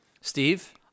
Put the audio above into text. Steve